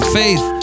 faith